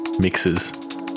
mixes